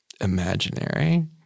imaginary